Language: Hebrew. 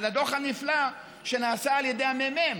על הדוח הנפלא שנעשה על ידי הממ"מ,